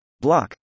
block